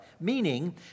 meaning